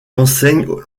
enseigne